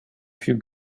few